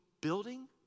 building